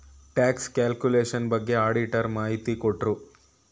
tax calculation ಬಗ್ಗೆ auditor ಮಾಹಿತಿ ಕೊಟ್ರು